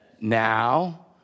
now